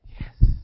Yes